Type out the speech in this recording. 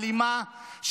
אלימה,